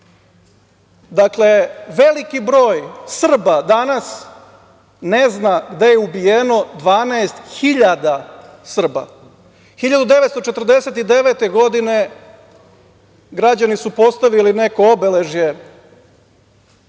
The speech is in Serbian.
Dakle, veliki broj Srba danas ne zna gde je ubijeno 12.000 Srba. Godine 1949. građani su postavili neko obeležje